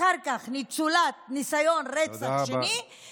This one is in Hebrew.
אחר כך ניצולת ניסיון רצח שני, תודה רבה.